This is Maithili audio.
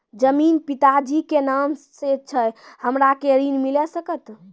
जमीन पिता जी के नाम से छै हमरा के ऋण मिल सकत?